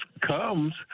comes